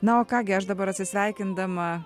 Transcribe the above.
na o ką gi aš dabar atsisveikindama